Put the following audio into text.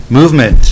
movement